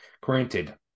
Granted